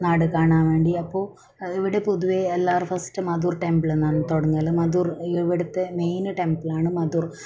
നാട് കാണാൻ വേണ്ടി അപ്പോൾ ഇവിടെ പൊതുവെ എല്ലാവരും ഫസ്റ്റ് മദുർ ടെമ്പിളിൽ നിന്നാണ് തുടങ്ങൽ മദുർ ഇവിടത്തെ മെയിൻ ടെമ്പിൾ ആണ് മദുർ